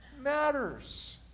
matters